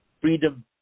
Freedom